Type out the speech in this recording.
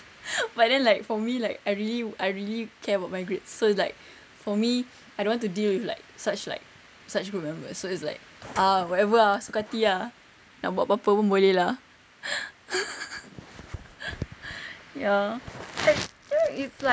but then like for me like I really I really care about my grades so it's like for me I don't want to deal with like such like such group members so is like ah whatever ah suka hati ah nak buat pape pun boleh lah ya like ya it's like